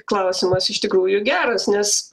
klausimas iš tikrųjų geras nes